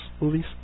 movies